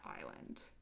island